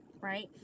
right